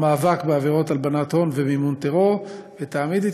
במאבק בעבירות הלבנת הון ומימון טרור ותעמיד את